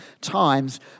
times